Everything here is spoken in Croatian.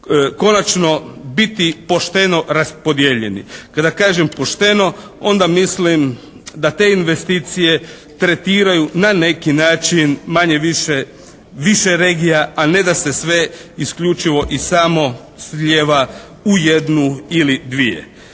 konačno biti pošteno raspodijeljeni. Kada kažem pošteno onda mislim da te investicije tretiraju na neki način manje-više, više regija a ne da se sve isključivo i samo slijeva u jednu ili dvije.